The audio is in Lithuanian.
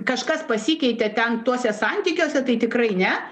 kažkas pasikeitė ten tuose santykiuose tai tikrai ne